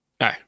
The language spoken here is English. No